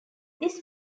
this